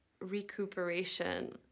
recuperation